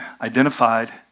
identified